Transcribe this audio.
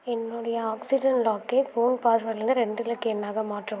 என்னுடைய ஆக்ஸிஜன் லாக்கை ஃபோன் பாஸ்வேர்டிலிருந்து ரெண்டு இலக்க எண்ணாக மாற்றவும்